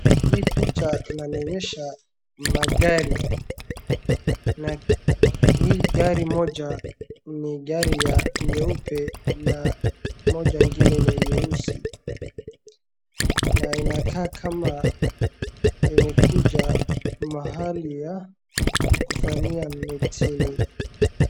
Hii picha inanionyesha magari na hii gari moja ni gari ya nyeupe na moja ingine ni nyeusi na inakaa kama imekuja mahali ya kufanyia mitini.